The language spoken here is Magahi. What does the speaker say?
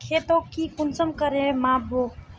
खेतोक ती कुंसम करे माप बो?